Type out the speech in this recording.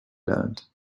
learned